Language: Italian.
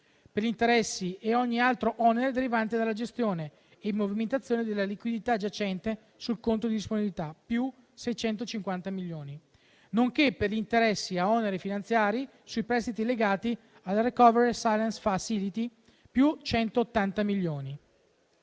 per gli interessi e ogni altro onere derivante dalla gestione e movimentazione della liquidità giacente sul conto disponibilità (+650 milioni) nonché per gli interessi e oneri finanziari sui prestiti legati al Recovery and Resilience Facility (+180 milioni).